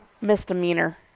Misdemeanor